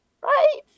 Right